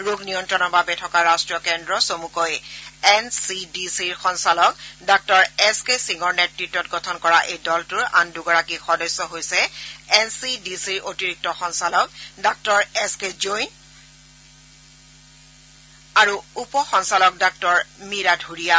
ৰোগ নিয়ন্ত্ৰণৰ বাবে থকা ৰাষ্টীয় কেদ্ৰ চমুকৈ এন চি ডি চিৰ সঞ্চালক ডাঃ এছ কে সিঙৰ নেতৃত্বত গঠন কৰা এই দলটোৰ আন দুগৰাকী সদস্য হৈছে এন চি ডি চিৰ অতিৰিক্ত সঞ্চালক ডাঃ এছ কে জৈন আৰু উপসঞ্চালক ডাঃ মীৰা ধুৰিয়া